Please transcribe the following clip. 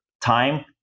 time